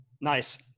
nice